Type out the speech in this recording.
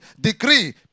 decree